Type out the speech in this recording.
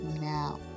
now